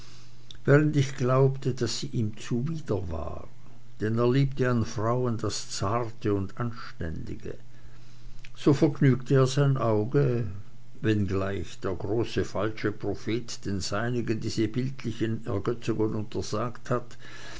während ich glaube daß sie ihm zuwider war denn er liebte an frauen das zarte und anständige so vergnügte er sein auge wenngleich der große falsche prophet den seinigen diese bildlichen ergötzungen untersagt hat